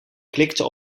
klikte